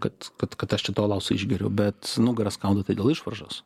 kad kad kad aš čia to alaus išgeriu bet nugarą skauda tai dėl išvaržos